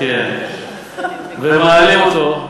ומעלים אותו,